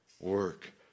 work